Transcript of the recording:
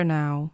now